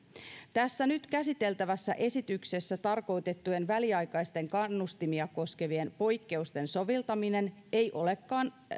tässä nyt käsiteltävässä esityksessä tarkoitettujen väliaikaisten kannustimia koskevien poikkeusten soveltaminen ei olekaan